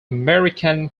american